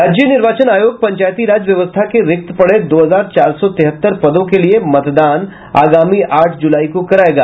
राज्य निर्वाचन आयोग पंचायती राज व्यवस्था के रिक्त पड़े दो हजार चार सौ तिहत्तर पदों के लिए मतदान आगामी आठ जुलाई को करायेगा